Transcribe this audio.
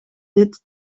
dit